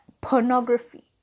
pornography